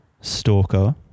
Stalker